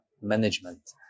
management